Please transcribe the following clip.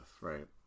right